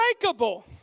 unbreakable